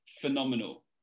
phenomenal